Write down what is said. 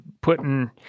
putting